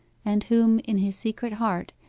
and whom, in his secret heart,